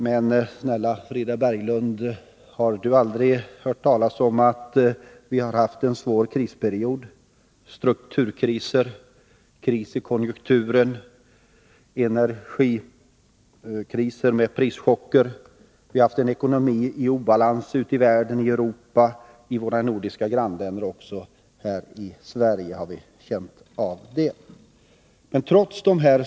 Men har Frida Berglund aldrig hört talas om att vi haft en svår krisperiod? Det har varit strukturkriser, kris i konjunkturen, energikris med prischocker. Vi har haft en ekonomi i obalans ute i världen, i Europa och i våra nordiska grannländer. Och också här i Sverige har vi känt av detta.